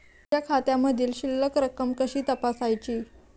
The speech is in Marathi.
माझ्या खात्यामधील शिल्लक रक्कम कशी तपासायची?